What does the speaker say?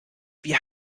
wir